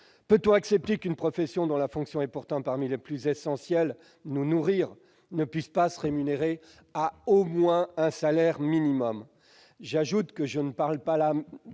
Peut-on accepter qu'une profession dont la fonction est pourtant parmi les plus essentielles, nous nourrir, ne puisse pas se rémunérer au moins à hauteur d'un salaire minimum ?